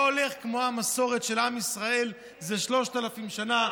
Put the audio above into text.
הולך כמו המסורת של עם ישראל זה שלושת אלפים שנה,